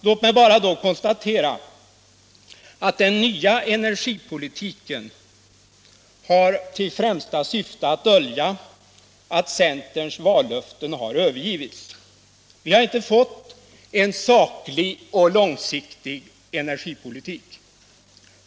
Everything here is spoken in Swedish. Låt mig bara konstatera att den nya energipolitiken har till främsta syfte att dölja att centerns vallöften övergivits. Vi har inte fått en saklig och långsiktig energipolitik.